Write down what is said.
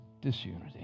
disunity